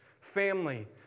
family